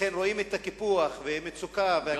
לכן רואים את הקיפוח ואת המצוקה ואת